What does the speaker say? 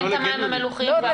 אין את המים המלוחים --- לא,